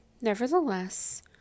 Nevertheless